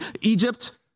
Egypt